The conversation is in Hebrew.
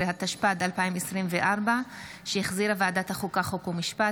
13), התשפ"ד 2024, שהחזירה ועדת החוקה, חוק ומשפט.